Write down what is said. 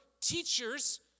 teachers